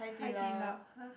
Hai-Di-Lao